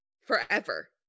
forever